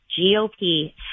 GOP